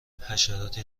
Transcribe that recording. حشراتی